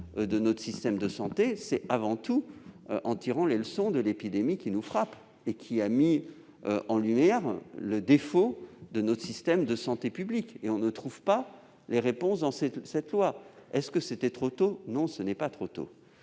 de notre système de santé, c'est avant tout en tirant les leçons de l'épidémie qui nous frappe et qui a mis en lumière les défauts de notre système de santé public. Or on ne trouve aucune réponse dans ce texte. Est-ce trop tôt ? Non ! Il est temps,